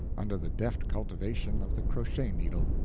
under the deft cultivation of the crochet-needle.